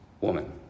woman